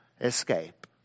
escape